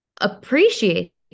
appreciate